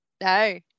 No